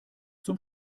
zum